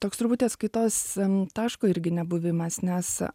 toks truputį atskaitos taško irgi nebuvimas nes